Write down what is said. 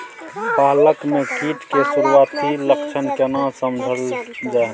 पालक में कीट के सुरआती लक्षण केना समझल जाय?